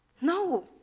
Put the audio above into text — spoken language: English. No